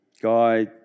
guy